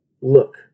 Look